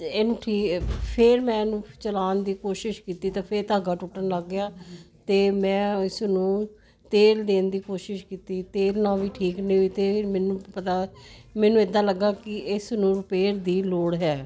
ਇਹਨੂੰ ਫੇਰ ਮੈਂ ਇਹਨੂੰ ਚਲਾਉਣ ਦੀ ਕੋਸ਼ਿਸ਼ ਕੀਤੀ ਤਾਂ ਫਿਰ ਧਾਗਾ ਟੁੱਟਣ ਲੱਗ ਗਿਆ ਤੇ ਮੈਂ ਇਸਨੂੰ ਤੇਲ ਦੇਣ ਦੀ ਕੋਸ਼ਿਸ਼ ਕੀਤੀ ਤੇਲ ਨਾਲ ਵੀ ਠੀਕ ਨਹੀਂ ਤੇ ਮੈਨੂੰ ਪਤਾ ਮੈਨੂੰ ਇਦਾਂ ਲੱਗਾ ਕਿ ਇਸ ਨੂੰ ਰਿਪੇਅਰ ਦੀ ਲੋੜ ਹੈ